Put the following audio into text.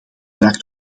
draak